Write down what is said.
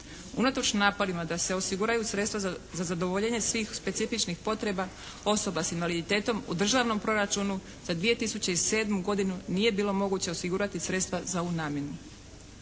Unatoč naporima da se osiguraju sredstva za zadovoljenje svih specifičnih potreba osoba s invaliditetom u državnom proračunu za 2007. godinu nije bilo moguće osigurati sredstva za ovu namjenu.